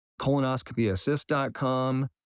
colonoscopyassist.com